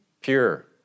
pure